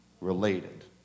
related